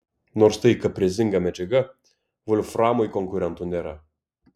nors tai kaprizinga medžiaga volframui konkurentų nėra